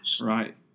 Right